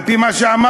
על-פי מה שאמרת,